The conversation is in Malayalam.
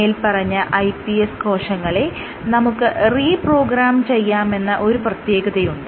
മേല്പറഞ്ഞ iPS കോശങ്ങളെ നമുക്ക് റീ പ്രോഗ്രാം ചെയ്യാമെന്ന ഒരു പ്രത്യേകതയുണ്ട്